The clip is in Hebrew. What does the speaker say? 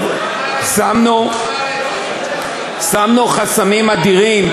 שמנו חסמים אדירים,